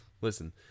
Listen